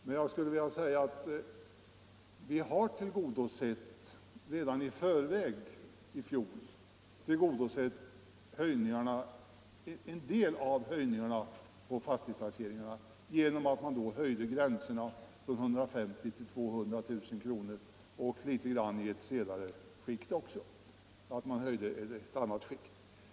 Men jag skulle vilja säga att vi redan i förväg — i fjol — har motverkat en del av höjningarna av fastighetstaxeringarna genom att då höja gränsen från 150 000 till 200 000 kr. och litet grand även i ett högre skikt.